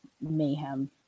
mayhem